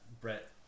Brett